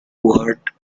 quart